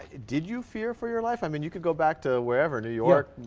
did you fear for your life? i mean you could go back to wherever, new york,